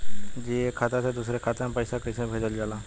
जी एक खाता से दूसर खाता में पैसा कइसे भेजल जाला?